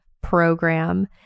program